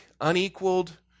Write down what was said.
unequaled